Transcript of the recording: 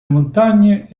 montagne